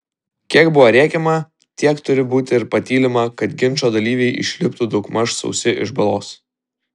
kiek buvo rėkiama tiek turi būti ir patylima kad ginčo dalyviai išliptų daugmaž sausi iš balos